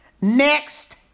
next